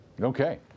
Okay